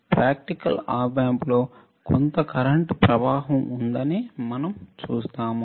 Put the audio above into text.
practical op ఆంప్స్లో కొంత current ప్రవాహం ఉందని మనం చూస్తాము